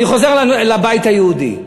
אני חוזר לבית היהודי.